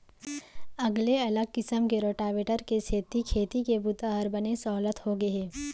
अगले अलग किसम के रोटावेटर के सेती खेती के बूता हर बने सहोल्लत होगे हे